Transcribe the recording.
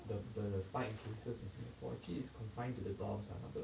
the the spike in cases in Singapore actually is confined to the dorms are 那个